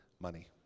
money